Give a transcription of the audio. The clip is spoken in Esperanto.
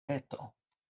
reto